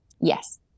Yes